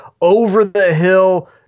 over-the-hill